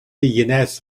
ynez